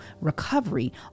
recovery